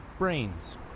Brains